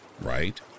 right